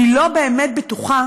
אני לא באמת בטוחה